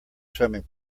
swimming